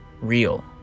real